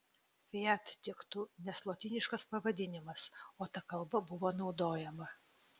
fiat tiktų nes lotyniškas pavadinimas o ta kalba buvo naudojama